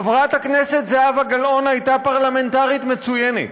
חברת הכנסת זהבה גלאון הייתה פרלמנטרית מצוינת,